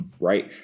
right